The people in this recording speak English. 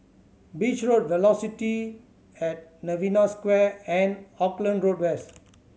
Beach Road Velocity at Novena Square and Auckland Road West